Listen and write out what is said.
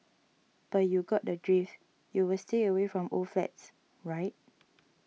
but you got the drift you will stay away from old flats right